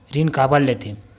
ऋण काबर लेथे?